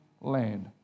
land